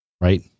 right